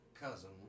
cousin